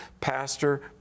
Pastor